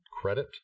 credit